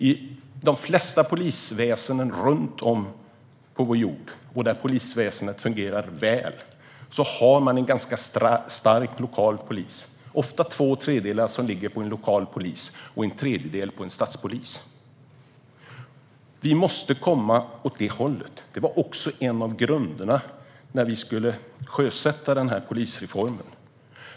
I de flesta polisväsen runt om i världen, och där polisväsendena fungerar väl, är den lokala polisen ganska stark. Ofta ligger två tredjedelar på lokal polis och en tredjedel på statlig polis. Vi måste röra oss åt det hållet. Detta fanns som grund när vi skulle sjösätta polisreformen.